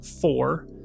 four